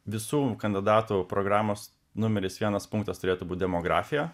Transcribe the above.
visų kandidatų programos numeris vienas punktas turėtų būt demografija